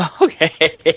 Okay